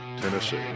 Tennessee